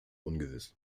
ungewiss